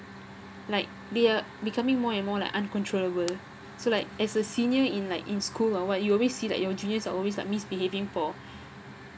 like they are becoming more and more like uncontrollable so like as a senior in like in school or what you always see like your juniors are always like misbehaving for